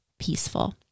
peaceful